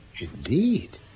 Indeed